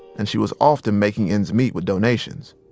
and she was often making ends meet with donations.